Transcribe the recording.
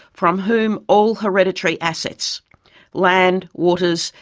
from whom all hereditary assets land, waters,